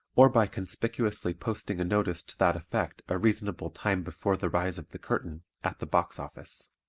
or by conspicuously posting a notice to that effect a reasonable time before the rise of the curtain, at the box office.